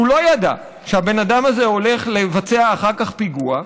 והוא לא ידע שהבן אדם הזה הולך לבצע אחר כך פיגוע.